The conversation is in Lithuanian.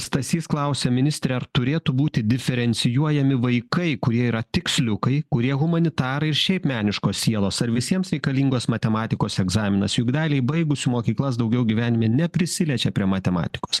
stasys klausia ministre ar turėtų būti diferencijuojami vaikai kurie yra tiksliukai kurie humanitarai ir šiaip meniškos sielos ar visiems reikalingos matematikos egzaminas juk daliai baigusių mokyklas daugiau gyvenime neprisiliečia prie matematikos